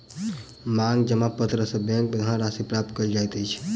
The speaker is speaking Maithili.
मांग जमा पत्र सॅ बैंक में धन राशि प्राप्त कयल जाइत अछि